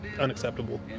unacceptable